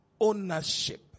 Ownership